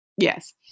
yes